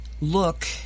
look